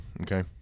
Okay